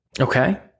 okay